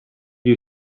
you